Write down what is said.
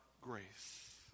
grace